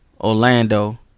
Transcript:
Orlando